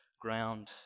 ground